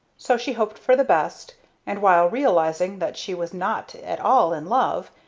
so she hoped for the best and, while realizing that she was not at all in love,